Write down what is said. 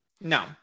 No